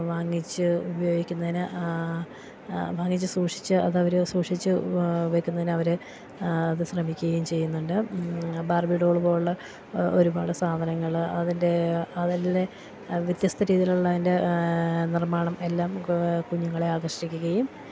വാങ്ങിച്ച് ഉപയോഗിക്കുന്നതിന് വാങ്ങിച്ച് സൂക്ഷിച്ച് അതവര് സൂക്ഷിച്ച് വെക്കുന്നതിന് അവര് അത് ശ്രമിക്കുകയും ചെയ്യുന്നുണ്ട് ബാർബി ഡോൾ പോലുള്ള ഒരുപാട് സാധനങ്ങള് അതിൻ്റെ അതല്ലേ വ്യത്യസ്ത രീതിയിൽ ഉള്ളതിൻ്റെ നിർമ്മാണം എല്ലാം കുഞ്ഞുങ്ങളെ ആകർഷിക്കുകയും